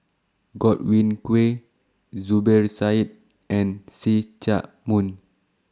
Godwin Koay Zubir Said and See Chak Mun